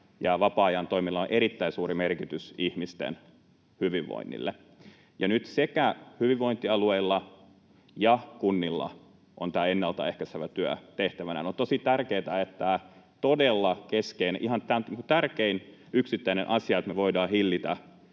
vapaa-ajan toimilla on erittäin suuri merkitys ihmisten hyvinvoinnille. Nyt sekä hyvinvointialueilla että kunnilla on tämä ennaltaehkäisevä työ tehtävänä. Tämä on tosi tärkeä, todella keskeinen, ihan tärkein yksittäinen asia, että me voidaan hillitä